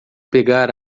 pegar